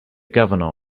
governor